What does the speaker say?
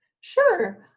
Sure